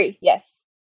yes